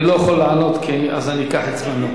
אני לא יכול לענות, כי אז אני אקח את זמנו.